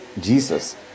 Jesus